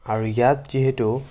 আৰু ইয়াত যিহেতু